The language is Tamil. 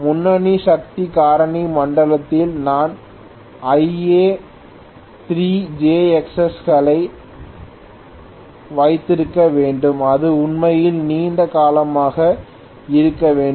முன்னணி சக்தி காரணி மண்டலத்தில் நான் Ia3jXs களை வைத்திருக்க வேண்டும் அது உண்மையில் நீண்ட காலமாக இருந்திருக்க வேண்டும்